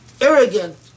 Arrogant